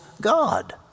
God